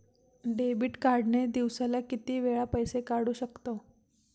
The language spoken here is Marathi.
डेबिट कार्ड ने दिवसाला किती वेळा पैसे काढू शकतव?